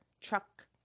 truck